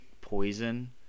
poison